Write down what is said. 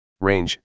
Range